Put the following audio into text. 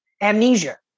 amnesia